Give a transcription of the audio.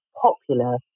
popular